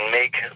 make